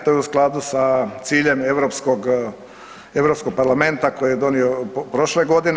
To je u skladu sa ciljem Europskog parlamenta koji je donio prošle godine.